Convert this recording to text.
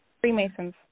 Freemasons